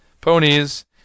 Ponies